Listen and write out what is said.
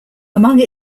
among